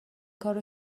کارو